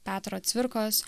petro cvirkos